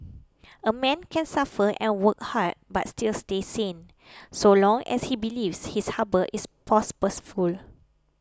a man can suffer and work hard but still stay sane so long as he believes his harbour is